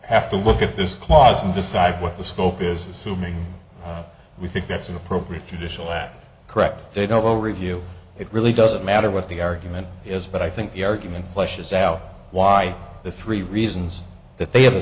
have to look at this clause and decide what the scope is assuming we think that's an appropriate judicial act correct they don't know review it really doesn't matter what the argument is but i think the argument fleshes out why the three reasons that they have